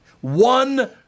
One